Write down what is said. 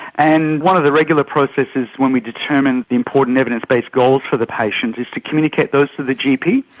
and one of the regular processes when we determine the important evidence-based goals for the patient is to communicate those to the gp,